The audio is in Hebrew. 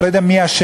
אני לא יודע מי אשם,